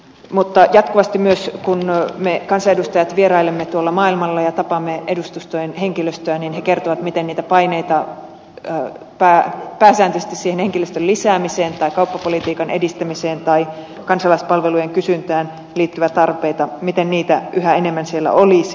mutta jatkuvasti myös kun me kansanedustajat vierailemme tuolla maailmalla ja tapaamme edustustojen henkilöstöä he kertovat miten niitä paineita pitää pää pääsi siellä henkilöstön lisäämispaineita tai kauppapolitiikan edistämispaineita tai kansalaispalveluiden kysyntään liittyviä tarpeita yhä enemmän olisi